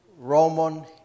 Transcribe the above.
Roman